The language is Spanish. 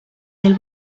del